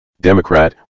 Democrat